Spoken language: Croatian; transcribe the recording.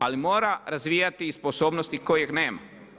Ali mora razvijati i sposobnosti kojeg nema.